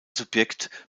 subjekt